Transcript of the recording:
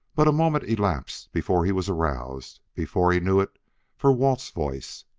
but a moment elapsed before he was aroused, before he knew it for walt's voice.